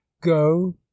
go